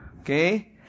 Okay